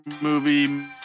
movie